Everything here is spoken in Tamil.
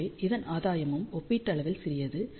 எனவே இதன் ஆதாயமும் ஒப்பீட்டளவில் சிறியது